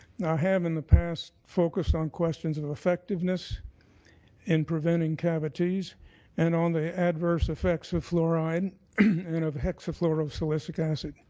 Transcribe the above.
i have in the past focused on questions of effectiveness in preventing cavities and on the adverse effects of fluoride and of hexafluoral so ah so like acid.